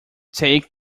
take